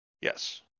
Yes